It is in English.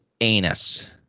anus